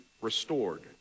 restored